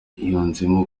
yunzemo